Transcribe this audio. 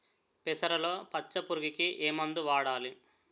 పెసరలో పచ్చ పురుగుకి ఏ మందు వాడాలి?